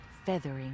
Feathering